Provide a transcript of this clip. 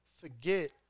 forget